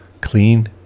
clean